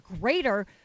greater